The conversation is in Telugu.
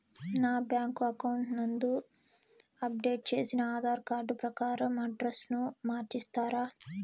నా బ్యాంకు అకౌంట్ నందు అప్డేట్ చేసిన ఆధార్ కార్డు ప్రకారం అడ్రస్ ను మార్చిస్తారా?